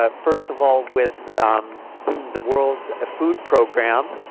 ah first of all with the world food programme